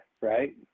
Right